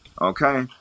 okay